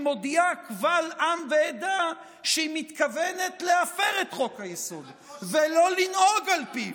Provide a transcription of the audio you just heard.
מודיעה קבל עם ועדה שהיא מתכוונת להפר את חוק-היסוד ולא לנהוג על פיו.